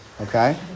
Okay